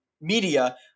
media